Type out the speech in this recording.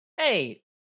Hey